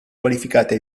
qualificate